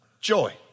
Joy